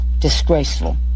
disgraceful